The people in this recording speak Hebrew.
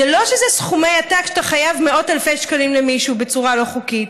זה לא שאלה סכומי עתק שאתה חייב מאות אלפי שקלים למישהו בצורה לא חוקית.